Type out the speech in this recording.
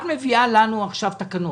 את מביאה לנו עכשיו תקנות.